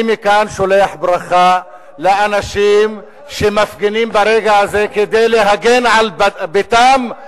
אני שולח מכאן ברכה לאנשים שמפגינים ברגע הזה כדי להגן על ביתם,